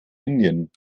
indien